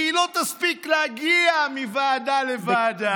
כי היא לא תספיק להגיע מוועדה לוועדה.